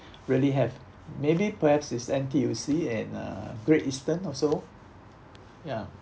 really have maybe perhaps it's N_T_U_C and uh Great Eastern also ya